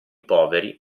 poveri